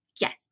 Yes